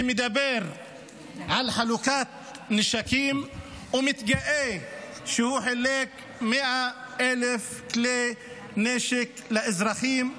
שמדבר על חלוקת נשקים ומתגאה שהוא חילק 100,000 כלי נשק לאזרחים.